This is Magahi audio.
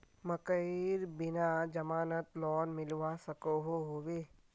मकईर बिना जमानत लोन मिलवा सकोहो होबे?